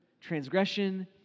Transgression